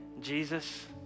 Jesus